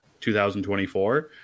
2024